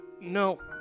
No